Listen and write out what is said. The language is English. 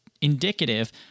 indicative